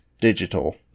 digital